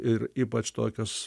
ir ypač tokios